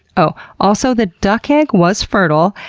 oh, also the duck egg was fertile,